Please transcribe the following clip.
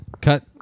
Cut